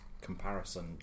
comparison